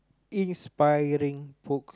inspiring book